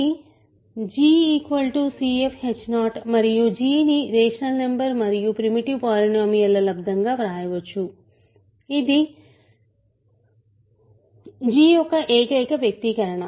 కాబట్టి g cfh 0 మరియు g ని రేషనల్ నంబర్ మరియు ప్రిమిటివ్ పోలినోమియల్ ల లబ్దం గా వ్రాయవచ్చు ఇది g యొక్క ఏకైక వ్యక్తీకరణ